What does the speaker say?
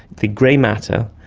the grey matter,